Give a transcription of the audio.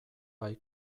bai